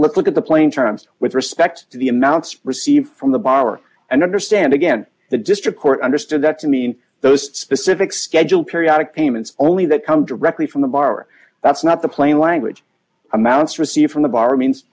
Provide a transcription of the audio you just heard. let's look at the plain terms with respect to the amounts received from the borrower and understand again the district court understood that to mean those specific schedule periodic payments only that come directly from the borrower that's not the plain language amounts received from the bar means